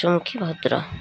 ଉଚମୁଖୀ ଭଦ୍ର